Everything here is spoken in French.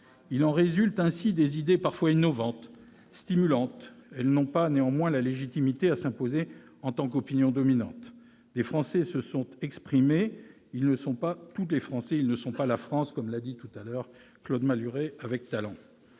Il en résulte ainsi des idées parfois innovantes, stimulantes. Néanmoins, elles n'ont pas la légitimité à s'imposer en tant qu'opinions dominantes. Des Français se sont exprimés. Ils ne sont pas tous les Français, ils ne sont pas la France, comme vient de le dire Claude Malhuret avec talent.